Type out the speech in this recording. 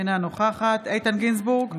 אינה נוכחת איתן גינזבורג,